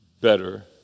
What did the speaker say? better